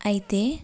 అయితే